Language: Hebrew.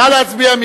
נא להצביע.